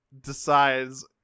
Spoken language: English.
decides